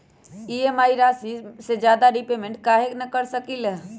हम ई.एम.आई राशि से ज्यादा रीपेमेंट कहे न कर सकलि ह?